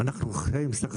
אנחנו חיים בסה"כ